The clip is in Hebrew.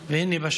והינה,